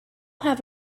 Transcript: have